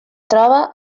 troba